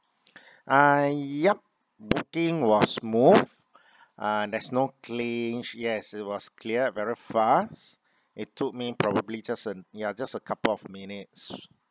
uh yup booking was smooth uh there's no cling yes it was clear very fast it took me probably just a ya just a couple of minutes